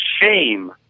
shame